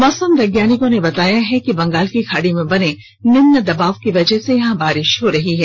मौसम वैज्ञानिकों ने बताया है कि बंगाल की खाड़ी में बने निम्न दबाव की वजह से यहां बारिश हो रही है